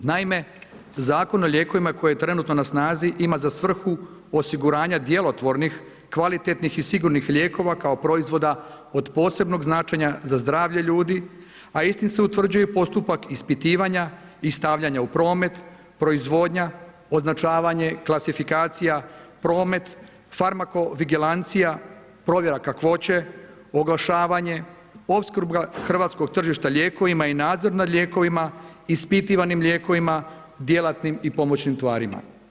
Naime, Zakon o lijekovima koji je trenutno na snazi ima za svrhu osiguranja djelotvornih, kvalitetnih i sigurnih lijekova kao proizvoda od posebnog značenja za zdravlje ljudi a istim se utvrđuje i postupak ispitivanja i stavljanja u promet, proizvodnja, označavanje, klasifikacija, promet, farmakovigelancija, provjera kakvoće, oglašavanje, opskrba hrvatskog tržišta lijekovima i nadzor nad lijekovima, ispitivanim lijekovima, djelatnim i pomoćnim tvarima.